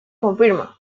confirma